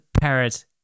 parrot